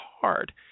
hard